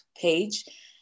page